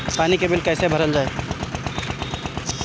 पानी के बिल कैसे भरल जाइ?